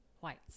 whites